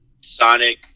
sonic